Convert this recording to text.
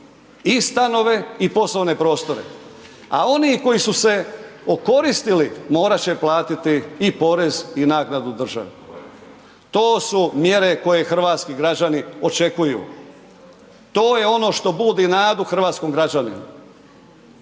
I stanove i poslovne prostore. A oni koji su se okoristili, morat će platiti i porez i naknadu državi. To su mjere koje hrvatski građani očekuju. To je ono što budi nadu hrvatskom građaninu.